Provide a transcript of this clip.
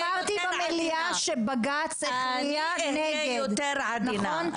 אני אמרתי במליאה שבג"ץ הכריע נגד, נכון?